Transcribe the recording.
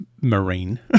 Marine